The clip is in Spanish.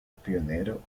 pionero